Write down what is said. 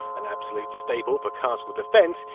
an absolute staple for castle defence.